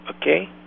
Okay